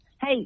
Hey